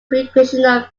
recreational